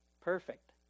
perfect